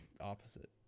opposite